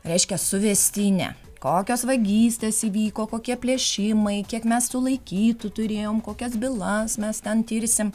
reiškia suvestinę kokios vagystės įvyko kokie plėšimai kiek mes sulaikytų turėjom kokias bylas mes ten tirsim